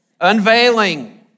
unveiling